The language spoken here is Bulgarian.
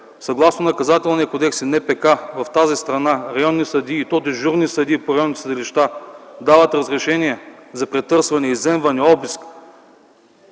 съгласно Наказателния кодекс и НПК в тази страна районни съдии, и то дежурни съдии по районните съдилища, дават разрешение за претърсване, изземване, обиск